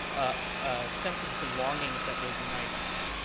a sense of belonging that will unite us.